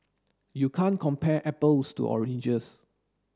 you can't compare apples to oranges